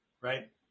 right